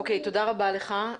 אוקיי, תודה רבה לך.